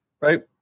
right